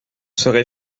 serez